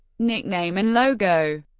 nickname and logo